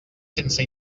sense